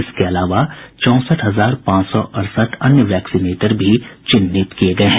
इसके अलावा चौंसठ हजार पांच सौ अड़सठ अन्य वैक्सीनेटर भी चिन्हित किये गये हैं